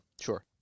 Sure